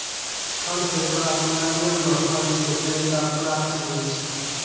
फल से प्राप्त नारियल रो फल से ज्यादा प्राप्त हुवै छै